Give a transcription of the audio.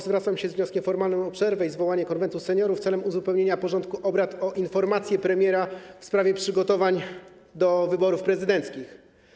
Zwracam się z wnioskiem formalnym o przerwę i zwołanie Konwentu Seniorów celem uzupełnienia porządku obrad o informację premiera w sprawie przygotowań do wyborów prezydenckich.